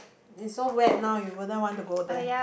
there so wet now you wouldn't want to go there